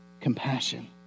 compassion